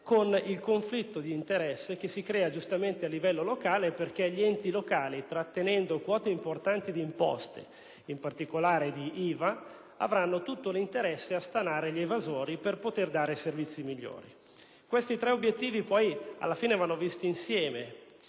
con il conflitto di interessi che si crea a livello locale, perché gli enti locali, trattenendo quote importanti di imposte, in particolare di IVA, avranno tutto l'interesse a stanare gli evasori per poter dare servizi migliori. Questi tre obiettivi alla fine vanno visti insieme